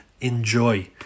enjoy